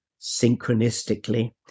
synchronistically